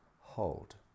hold